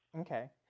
Okay